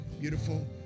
beautiful